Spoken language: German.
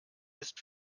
ist